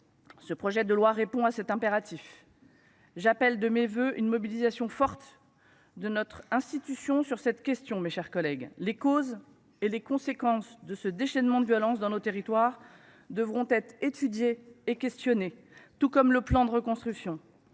projet de loi répond à cet impératif. J’appelle de mes vœux une mobilisation forte de notre institution sur cette question, mes chers collègues. Les causes et les conséquences d’un tel déchaînement de violence dans nos territoires devront être étudiées et questionnées, tout comme le plan de reconstruction.